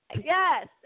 Yes